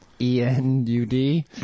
E-N-U-D